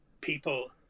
people